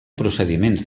procediments